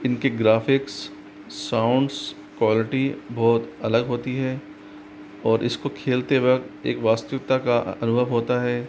इनके graphics sounds quality बहुत अलग होती है और इस को खेलते वक़्त एक वास्तविकता का अनुभव होता है